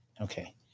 Okay